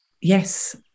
yes